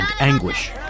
anguish